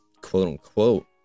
quote-unquote